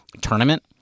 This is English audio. tournament